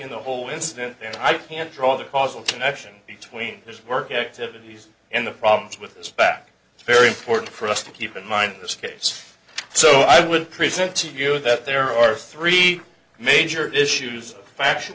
the whole incident then i can't draw the causal connection between his work activity and the problems with his back it's very important for us to keep in mind this case so i would present to you that there are three major issues